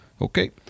Okay